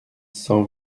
cent